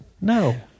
No